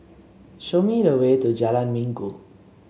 show me the way to Jalan Minggu